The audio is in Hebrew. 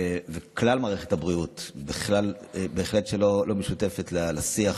כלל מערכת הבריאות בהחלט לא שותפה לשיח